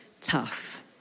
tough